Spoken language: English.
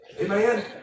Amen